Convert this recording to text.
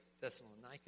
Thessalonica